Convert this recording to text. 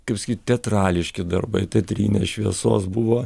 kaip sakyt teatrališki darbai teatrinės šviesos buvo